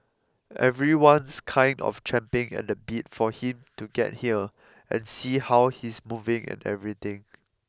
everyone's kind of champing at the bit for him to get here and see how he's moving and everything